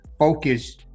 Focus